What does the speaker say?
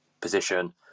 position